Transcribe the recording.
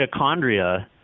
mitochondria